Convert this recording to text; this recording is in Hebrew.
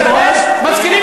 ראשונה.